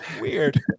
weird